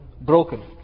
broken